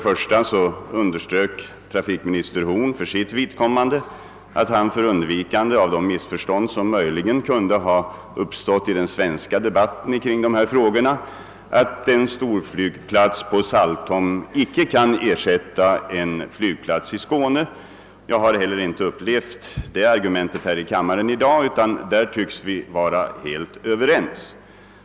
Först underströk trafikminister Horn för sitt vidkommande, för undvikande av de missförstånd som möjligen kunde ha uppstått i den svenska debatten, att han inte anser att en storflygplats på Saltholm kan ersätta en flygplats i Skåne. Jag har inte heller hört någon antydan härom i kammaren i dag, utan vi tycks vara helt överens på den punkten.